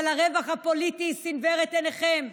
אבל הרווח הפוליטי סנוור את עיניכם.